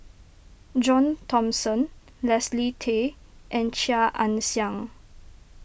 John Thomson Leslie Tay and Chia Ann Siang